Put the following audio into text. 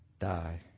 die